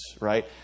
right